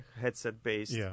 headset-based